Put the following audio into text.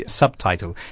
subtitle